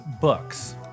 books